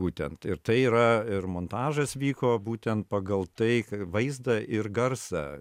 būtent ir tai yra ir montažas vyko būtent pagal tai vaizdą ir garsą